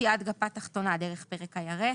קטיעת כפה תחתונה דרך פרק הירך.